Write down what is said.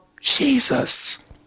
Jesus